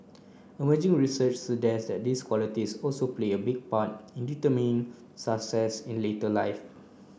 emerging research suggest that these qualities also play a big part in determining success in later life